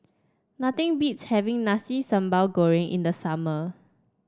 nothing beats having Nasi Sambal Goreng in the summer